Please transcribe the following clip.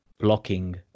Blocking